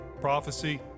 prophecy